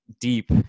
deep